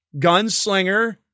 gunslinger